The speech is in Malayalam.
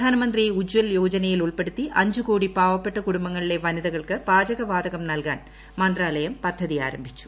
പ്രധാൻമന്ത്രി ഉജ്ജൽ യോജനയിൽ ഉൾപ്പെടുത്തി അഞ്ച് കോടി പാവപ്പെട്ട കുടുംബങ്ങളിലെ വനിതകൾക്ക് പാചകവാതകം നൽകാൻ മന്ത്രാലയം പദ്ധതിയാരംഭിച്ചു